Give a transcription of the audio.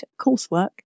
coursework